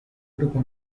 grupo